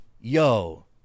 Yo